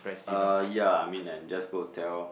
uh yea I mean and just go tell